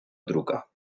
druga